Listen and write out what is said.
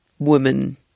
woman